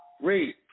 read